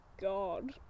God